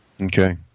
Okay